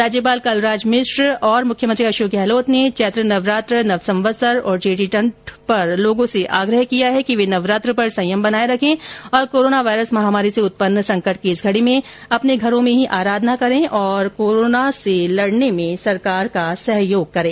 राज्यपाल कलराज मिश्र और मुख्यमंत्री अशोक गहलोत ने चैत्र नवरात्र नवसंवत्सर और चेटीचण्ड पर लोगों से आग्रह किया है कि वे नवरात्र पर संयम बनाए रखें और कोरोना वायरस महामारी से उत्पन्न संकट की इस घड़ी में अपने घरों में ही आराधना करें और कोरोना से लड़ने में सरकार का सहयोग करें